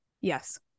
Yes